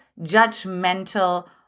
judgmental